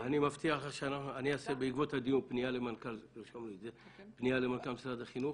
אני מבטיח לך שאני אעשה בעקבות הדיון פנייה למנכ"ל משרד החינוך,